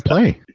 play?